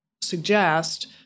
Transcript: suggest